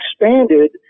expanded